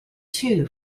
two